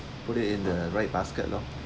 put it in the right basket loh